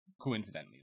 Coincidentally